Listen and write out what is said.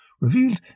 Revealed